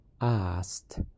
asked